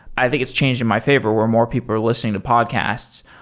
i think it's change in my favor, where more people are listening to podcasts.